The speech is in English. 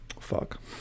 Fuck